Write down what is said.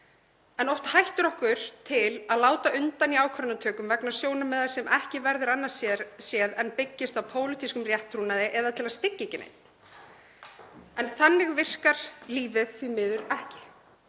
en oft hættir okkur til að láta undan í ákvarðanatökum vegna sjónarmiða sem ekki verður annað séð en að byggist á pólitískum rétttrúnaði eða til að styggja ekki neinn. En þannig virkar lífið því miður ekki.